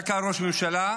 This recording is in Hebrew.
היה כאן ראש ממשלה,